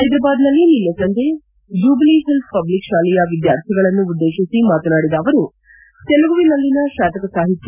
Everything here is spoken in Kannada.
ಪೈದರಾಬಾದ್ನಲ್ಲಿ ನಿನ್ನೆ ಸಂಜೆ ಜ್ವುಬಿಲಿ ಓಲ್ಸ್ ಪಬ್ಲಿಕ್ ಶಾಲೆಯ ವಿದ್ಯಾರ್ಥಿಗಳನ್ನುದ್ಲೇಶಿಸಿ ಮಾತನಾಡಿದ ಅವರು ತೆಲಗುನಲ್ಲಿನ ಶಾತಕ ಸಾಹಿತ್ಯ